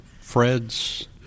Fred's